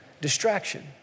Distraction